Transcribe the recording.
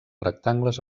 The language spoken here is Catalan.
rectangles